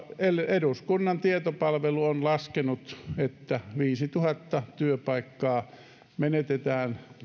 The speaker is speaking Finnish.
eduskunnan tietopalvelu on laskenut että viisituhatta työpaikkaa menetetään